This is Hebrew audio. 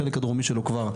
החלק הדרומי שלו כבר בוצע.